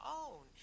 own